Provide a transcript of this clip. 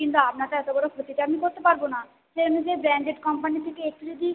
কিন্তু আপনার তো এত বড় ক্ষতি তো আমি করতে পারবো না সেই অনুযায়ী ব্র্যান্ডেড কোম্পানি থেকে একটু যদি